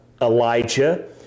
Elijah